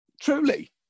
Truly